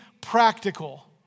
practical